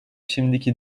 şimdiki